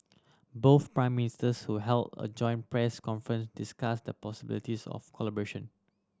both Prime Ministers who held a joint press conference discussed the possibilities of collaboration